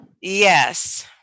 Yes